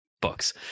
Books